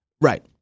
Right